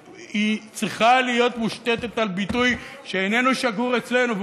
שצריכה להיות מושתתת על ביטוי שלצערי הרב איננו שגור אצלנו,